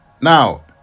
Now